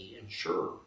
insurer